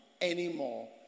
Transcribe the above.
anymore